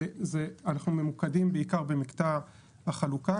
אנחנו ממוקדים בעיקר במקטע החלוקה.